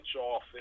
off